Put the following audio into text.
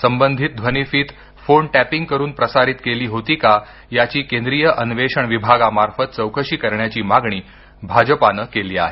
संबधित ध्वनिफीत phone tapping करून प्रसारित केली होती का याची केंद्रीय अन्वेषण विभागा मार्फत चौकशी करण्याची मागणी भा ज पा ने केली आहे